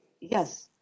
Yes